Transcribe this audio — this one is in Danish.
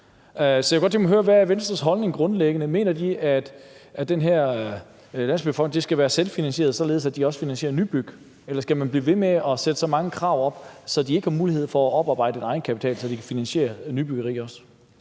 Så jeg kunne godt tænke mig at høre, hvad Venstres holdning grundlæggende er. Mener Venstre, at den her Landsbyggefond skal være selvfinansierende, således at den også finansierer nybyggeri, eller skal man blive ved med at sætte sig så mange krav op, at fonden ikke har mulighed for at oparbejde en egenkapital, så den kan finansiere nybyggeri også?